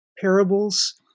parables